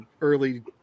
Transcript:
early